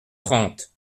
trente